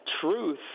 Truth